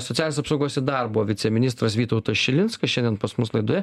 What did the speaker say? socialinės apsaugos ir darbo viceministras vytautas šilinskas šiandien pas mus laidoje